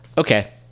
Okay